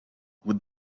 with